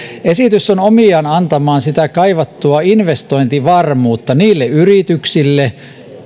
esitys on omiaan antamaan kaivattua investointivarmuutta niille yrityksille